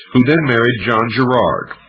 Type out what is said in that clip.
who then married john gerard,